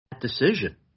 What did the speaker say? decision